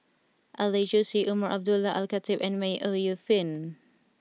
Alex Josey Umar Abdullah Al Khatib and May Ooi Yu Fen